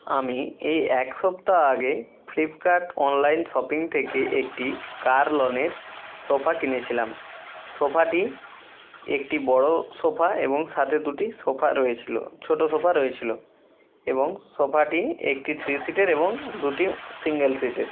আমি এই এক সপ্তাহ আগে ফ্লিপকার্ট অনলাইন শপিং থেকে একটি কার্লনের সোফা কিনেছিলাম সোফাটি একটি বড়ো সোফা এবং সাথে দুটি সোফা রয়েছিলো ছোটো সোফা রয়েছিলো এবং সোফাটি একটি থ্রি সিটের এবং দুটি সিঙ্গেল সিটের